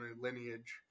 lineage